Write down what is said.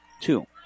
two